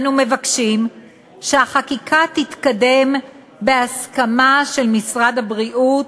אנו מבקשים שהחקיקה תתקדם בהסכמה של משרד הבריאות,